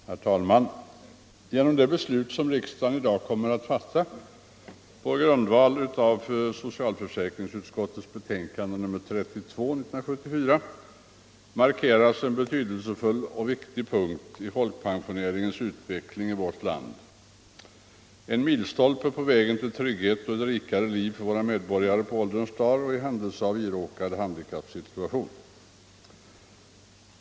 Herr talman! Genom det beslut som riksdagen i dag kommer att fatta på grundval av socialförsäkringsutskottets betänkande 1974:32 markeras en betydelsefull och viktig punkt i folkpensioneringens utveckling i vårt land — en milstolpe på vägen till trygghet och ett rikare liv för våra medborgare på ålderns dagar och i händelse av iråkad handikappsituation.